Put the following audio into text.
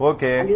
Okay